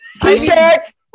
T-shirts